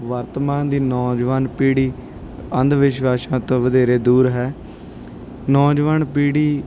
ਵਰਤਮਾਨ ਦੀ ਨੌਜਵਾਨ ਪੀੜ੍ਹੀ ਅੰਧ ਵਿਸ਼ਵਾਸਾਂ ਤੋਂ ਵਧੇਰੇ ਦੂਰ ਹੈ ਨੌਜਵਾਨ ਪੀੜ੍ਹੀ